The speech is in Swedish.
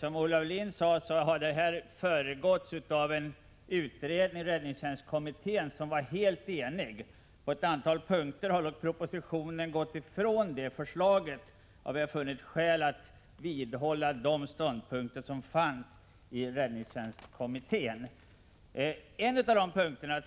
Som Olle Aulin sade har detta förslag föregåtts av en utredning, räddningstjänstkommittén, som var helt enig. På ett antal punkter har dock propositionen gått ifrån det förslaget, och vi har funnit skäl att vidhålla ståndpunkterna som fanns i räddningstjänstkommitténs förslag.